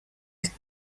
есть